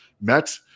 met